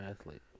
athlete